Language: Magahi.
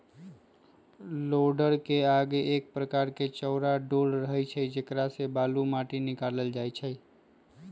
लोडरके आगे एक प्रकार के चौरा डोल रहै छइ जेकरा से बालू, माटि निकालल जाइ छइ